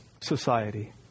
society